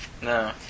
No